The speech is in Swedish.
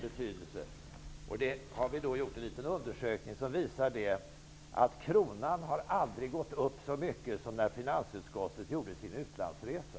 Vi har gjort en liten undersökning som visar att kronan aldrig har gått upp så mycket som när finansutskottet gjorde sin utlandsresa.